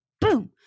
Boom